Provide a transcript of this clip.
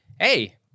Hey